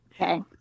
Okay